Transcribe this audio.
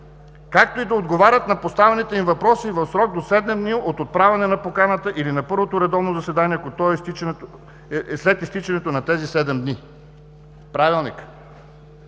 „както и да отговарят на поставените им въпроси в срок до 7 дни от отправяне на поканата или на първото редовно заседание, ако то е след изтичането на тези 7 дни“. В Правилника